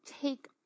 take